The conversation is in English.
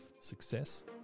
success